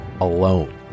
alone